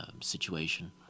situation